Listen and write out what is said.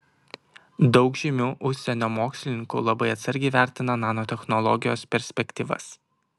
daug žymių užsienio mokslininkų labai atsargiai vertina nanotechnologijos perspektyvas